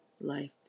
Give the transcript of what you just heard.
Life